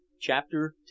Chapter